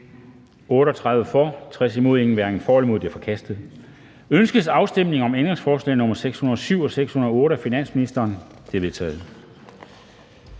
imod stemte 0. Ændringsforslaget er forkastet. Ønskes afstemning om ændringsforslag nr. 607 og 608 af finansministeren? De er vedtaget.